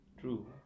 True